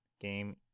game